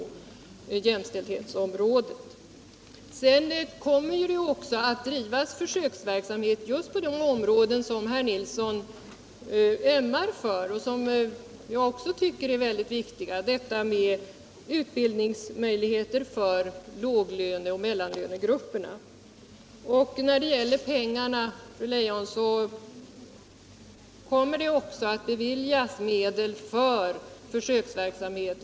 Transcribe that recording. Försöksverksamhet kommer även att bedrivas just på de områden som herr Nilsson i Kalmar ömmar för och som även jag tycker är viktiga. Det gäller t.ex. detta med utbildningsmöjligheter för låglöneoch mellanlönegrupperna. Det kommer också, fru Leijon, att beviljas medel för försöksverksamhet.